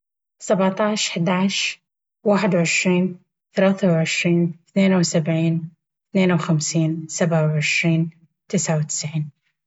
سبعة عشر احدى عشر واحد وعشرين ثلاثة وعشرين اثنين وسبعين اثنين وخمسين سبعة وعشرين تسعة وتسعين